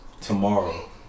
tomorrow